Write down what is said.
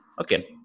Okay